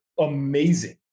amazing